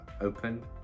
open